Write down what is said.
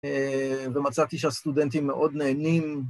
ומצאתי שהסטודנטים מאוד נהנים.